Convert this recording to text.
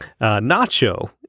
Nacho